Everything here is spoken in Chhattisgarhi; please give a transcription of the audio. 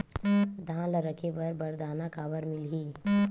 धान ल रखे बर बारदाना काबर मिलही?